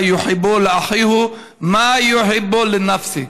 עד אשר יאהב לאחיו את מה שהוא אוהב לעצמו,)